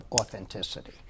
authenticity